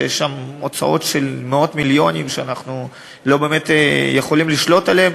שיש שם הוצאות של מאות מיליונים שאנחנו לא באמת יכולים לשלוט עליהם.